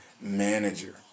manager